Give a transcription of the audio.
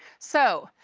so,